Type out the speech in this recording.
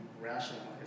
rationalize